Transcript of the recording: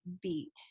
beat